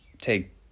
...take